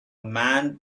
man